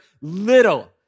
little